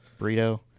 Burrito